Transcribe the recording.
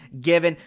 given